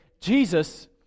Jesus